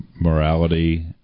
morality